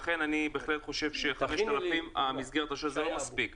לכן אני בהחלט חושב שמספיקה מסגרת אשראי בסך 5,000 שקלים.